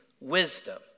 wisdom